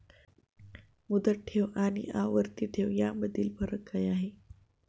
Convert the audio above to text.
मुदत ठेव आणि आवर्ती ठेव यामधील फरक काय आहे?